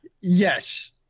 Yes